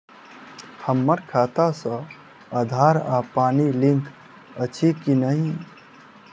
हम्मर खाता सऽ आधार आ पानि लिंक अछि की नहि?